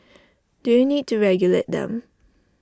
do you need to regulate them